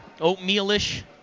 oatmeal-ish